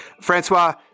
Francois